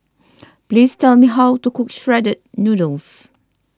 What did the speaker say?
please tell me how to cook Shredded Noodles